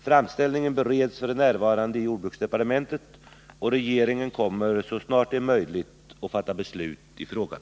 Framställningen bereds f. n. i jordbruksdepartementet, och regeringen kommer så snart det är möjligt att fatta beslut i frågan.